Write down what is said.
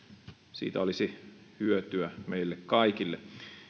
siitä olisi hyötyä meille kaikille